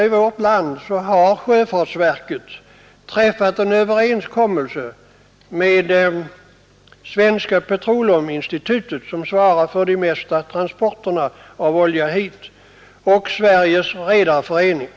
I vårt land har sjöfartsverket träffat en överenskommelse med Svenska petroleuminsitutet, som hittills svarat för de flesta transporterna av olja, och med Sveriges redareförening.